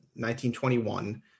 1921